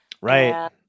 right